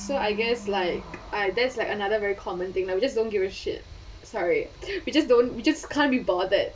so I guess like there's like another very common thing that we just don't give a shit sorry we just don't we just can't be bothered